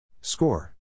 Score